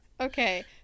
okay